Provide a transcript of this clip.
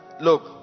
look